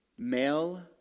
Male